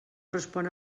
respon